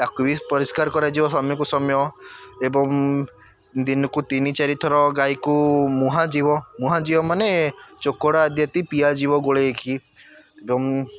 ତା'କୁ ବି ପରିଷ୍କାର କରାଯିବ ସମୟକୁ ସମୟ ଏବଂ ଦିନକୁ ତିନି ଚାରିଥର ଗାଈକୁ ମୁହାଁ ଯିବ ମୁହାଁ ଯିବ ମାନେ ଚୋକଡ଼ ଆଦି ଆଦି ପିଆ ଯିବ ଗୋଳାଇକି ଯେଉଁ